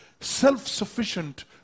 self-sufficient